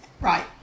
Right